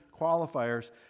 qualifiers